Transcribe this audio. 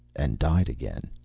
and died again!